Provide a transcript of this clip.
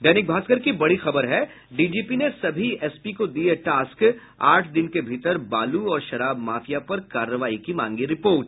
दैनिक भास्कर की बड़ी खबर है डीजीपी ने सभी एसपी को दिये टास्क आठ दिन के भीतर बालू और शराब माफिया पर कर्करवाई की मांगी रिपोर्ट